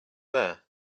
there